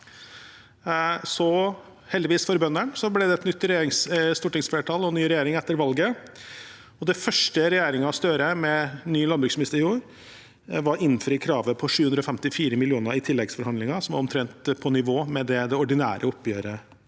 Heldigvis for bøndene ble det et nytt stortingsflertall og ny regjering etter valget. Det første regjeringen Støre med ny landbruksminister gjorde, var å innfri kravet på 754 mill. kr i tilleggsforhandlinger, som var omtrent på nivå med det ordinære tilbudet